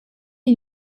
est